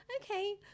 okay